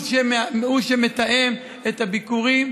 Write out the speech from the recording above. הוא שמתאם את הביקורים,